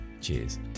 Cheers